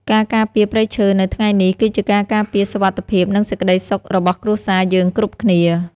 ការការពារព្រៃឈើនៅថ្ងៃនេះ គឺជាការការពារសុវត្ថិភាព និងសេចក្តីសុខរបស់គ្រួសារយើងគ្រប់គ្នា។